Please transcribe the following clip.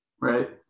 right